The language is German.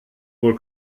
wohl